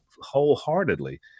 wholeheartedly